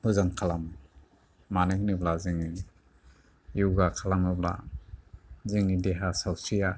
मोजां खालामो मानो होनोब्ला जोङो य'गा खालामोब्ला जोंनि देहा सावस्रिया